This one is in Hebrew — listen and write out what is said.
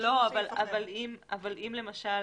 אבל אם למשל